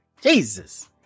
Jesus